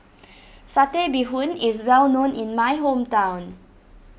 Satay Bee Hoon is well known in my hometown